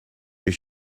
you